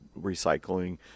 recycling